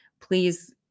please